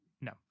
no